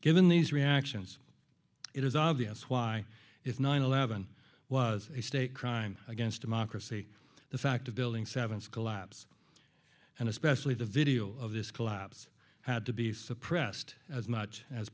given these reactions it is obvious why if nine eleven was a state crime against democracy the fact of building seven is collapse and especially the video of this collapse had to be suppressed as much as